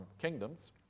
kingdoms